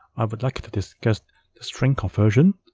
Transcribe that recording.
i would like to discuss the string conversion,